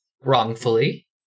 wrongfully